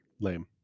lame